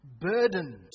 Burdened